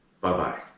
Bye-bye